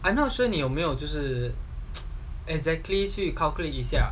I not sure 你有没有就是 exactly to calculate 一下